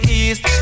east